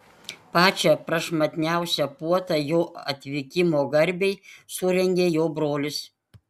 pačią prašmatniausią puotą jo atvykimo garbei surengė jo brolis